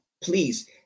please